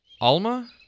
Alma